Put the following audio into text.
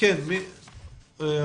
בבקשה.